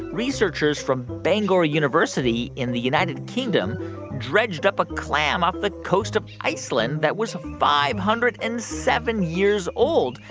researchers from bangor university in the united kingdom dredged up a clam off the coast of iceland that was five hundred and seven years old,